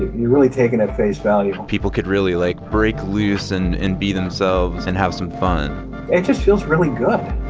you're really taken at face value people could really, like, break loose and and be themselves and have some fun it just feels really good